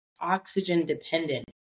oxygen-dependent